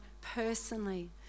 personally